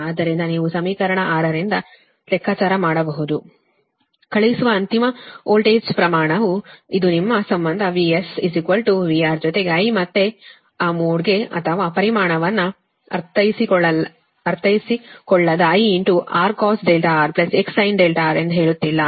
ಆದ್ದರಿಂದ ನೀವು ಸಮೀಕರಣ 6 ರಿಂದ ಲೆಕ್ಕಾಚಾರ ಮಾಡಬಹುದು ಕಳುಹಿಸುವ ಅಂತಿಮ ವೋಲ್ಟೇಜ್ ಪ್ರಮಾಣವು ಇದು ನಿಮ್ಮ ಸಂಬಂಧ VS VR ಜೊತೆಗೆ I ಮತ್ತೆಆ ಮೋಡ್ ಅಥವಾ ಪರಿಮಾಣವನ್ನು ಅರ್ಥೈಸಿಕೊಳ್ಳದ IRcos RXsin R ಎಂದು ಹೇಳುತ್ತಿಲ್ಲ